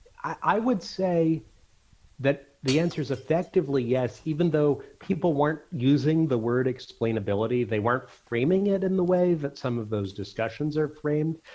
i would say that the answer's effectively yes even though people weren't using the word explainability. they weren't framing it in the way that some of those discussions are framed.